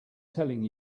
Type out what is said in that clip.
telling